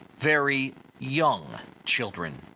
very young children.